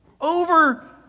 Over